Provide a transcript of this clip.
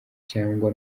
cyangwa